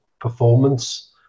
performance